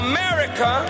America